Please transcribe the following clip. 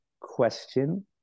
question